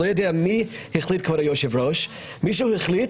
אני לא יודע מי החליט את זה אבל מישהו שהחליט